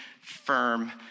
firm